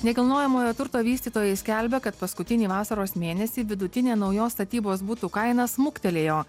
nekilnojamojo turto vystytojai skelbia kad paskutinį vasaros mėnesį vidutinė naujos statybos butų kaina smuktelėjo